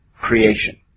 creation